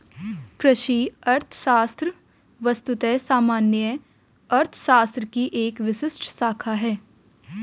कृषि अर्थशास्त्र वस्तुतः सामान्य अर्थशास्त्र की एक विशिष्ट शाखा है